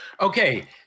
Okay